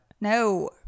No